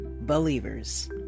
Believers